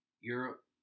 Europe